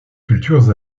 cultures